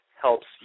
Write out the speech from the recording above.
helps